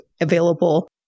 available